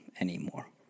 anymore